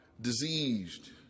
diseased